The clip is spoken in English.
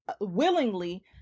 willingly